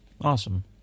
Awesome